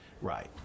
Right